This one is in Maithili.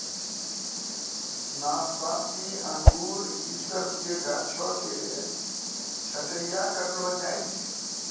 नाशपाती अंगूर इ सभ के गाछो के छट्टैय्या करलो जाय छै